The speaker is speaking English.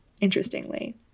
interestingly